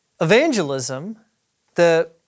evangelism—the